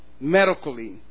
medically